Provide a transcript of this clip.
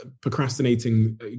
procrastinating